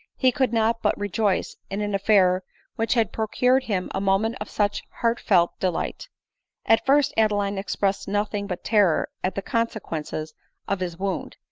he could not but rejoice in an affair which had procured him a moment of such heartfelt delight at first adeline expressed nothing but terror at the conse quences of his wound,